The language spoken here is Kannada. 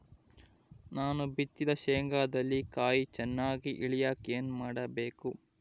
ನಾನು ಬಿತ್ತಿದ ಶೇಂಗಾದಲ್ಲಿ ಕಾಯಿ ಚನ್ನಾಗಿ ಇಳಿಯಕ ಏನು ಮಾಡಬೇಕು?